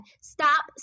stop